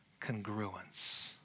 congruence